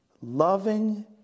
loving